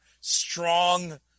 strong